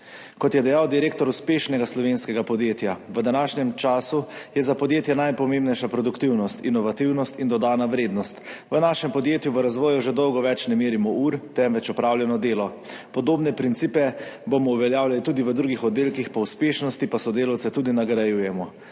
Kot je dejal direktor uspešnega slovenskega podjetja: »V današnjem času je za podjetje najpomembnejša produktivnost, inovativnost in dodana vrednost. V našem podjetju v razvoju že dolgo več ne merimo ur, temveč opravljeno delo. Podobne principe bomo uveljavljali tudi v drugih oddelkih, po uspešnosti pa sodelavce tudi nagrajujemo.